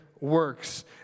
works